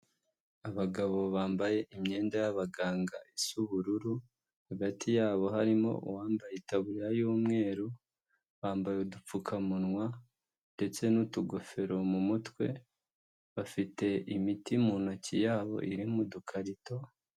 Abagabo bambaye imyenda y'abaganga isa ubururu hagati yabo, harimo uwambaye itaburiya y'umweru, bambaye udupfukamunwa ndetse n'utugofero mu mutwe, bafite imiti mu ntoki yabo iri mu dukarito.